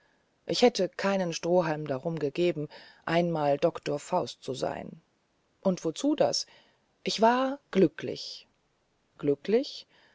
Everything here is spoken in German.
ich hätte keinen strohhalm darum gegeben einmal doktor faust zu sein und wozu das ich war glücklich glücklich